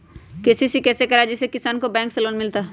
KCC कैसे कराये जिसमे किसान को बैंक से लोन मिलता है?